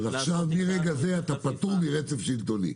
אז מרגע זה אתה פטור מרצף שלטוני.